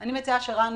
אני מציעה שרני,